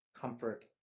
comfort